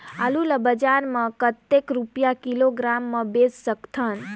आलू ला बजार मां कतेक रुपिया किलोग्राम म बेच सकथन?